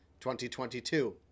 2022